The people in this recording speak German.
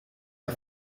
der